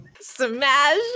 Smash